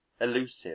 elusive